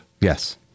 Yes